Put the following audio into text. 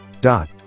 dot